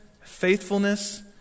faithfulness